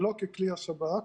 שלא ככלי השב"כ.